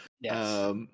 Yes